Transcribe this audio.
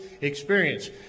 experience